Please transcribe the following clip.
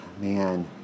Man